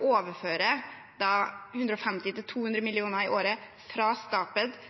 å overføre 150–200 mill. kr i året fra Statped til